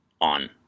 on